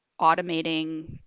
automating